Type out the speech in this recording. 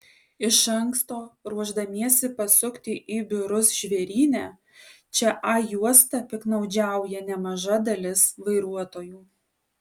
iš anksto ruošdamiesi pasukti į biurus žvėryne čia a juosta piktnaudžiauja nemaža dalis vairuotojų